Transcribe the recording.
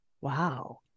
Wow